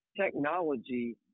technology